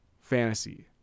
Fantasy